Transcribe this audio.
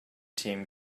team